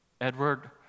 Edward